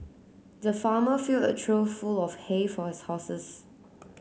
the farmer filled a trough full of hay for his horses